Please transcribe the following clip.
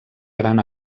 gran